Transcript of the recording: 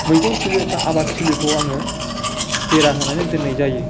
मैगं थिलि एबा आबाद थिलिखौ आङो बेरा होनानै दोननाय जायो